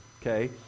okay